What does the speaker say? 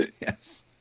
Yes